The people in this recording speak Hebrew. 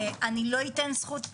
אני לא אתן זכות דיבור,